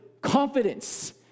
confidence